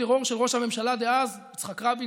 טרור של ראש הממשלה דאז יצחק רבין,